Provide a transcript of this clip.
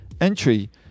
entry